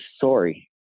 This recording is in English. sorry